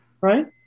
right